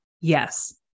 Yes